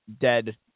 dead